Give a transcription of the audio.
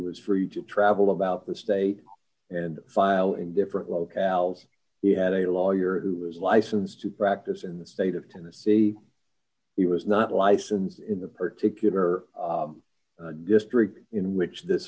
was free to travel about the state and file in different locales he had a lawyer who was licensed to practice in the state of tennessee he was not license in the particular district in which this